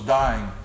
dying